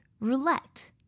roulette